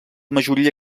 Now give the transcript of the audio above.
majoria